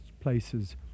places